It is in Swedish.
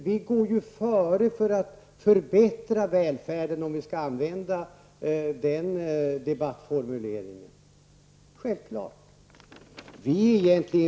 Vi går före för att förbättra välfärden, om vi nu skall använda den debattformuleringen.